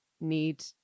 need